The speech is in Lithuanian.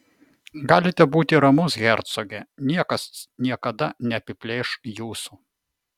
galite būti ramus hercoge niekas niekada neapiplėš jūsų